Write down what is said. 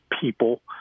people